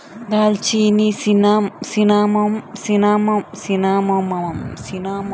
ದಾಲ್ಚಿನ್ನಿ ಸಿನ್ನಮೋಮಮ್ ಕುಲದ ಹಲವಾರು ಮರದ ಜಾತಿಗಳ ಒಳ ತೊಗಟೆಯಿಂದ ಪಡೆದ ಮಸಾಲೆಯಾಗಿದೆ